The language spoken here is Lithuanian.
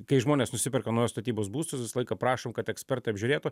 kai žmonės nusiperka naujos statybos būstus visą laiką prašom kad ekspertai apžiūrėtų